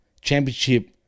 championship